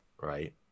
right